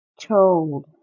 told